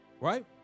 Right